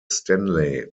stanley